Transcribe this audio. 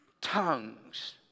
tongues